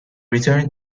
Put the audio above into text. returned